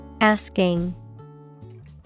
Asking